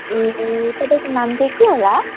ए तपाईँको नाम चाहिँ के होला